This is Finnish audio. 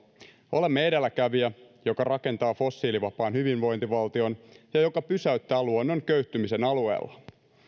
olemme edelläkävijä joka rakentaa fossiilivapaan hyvinvointivaltion ja joka pysäyttää luonnon köyhtymisen alueella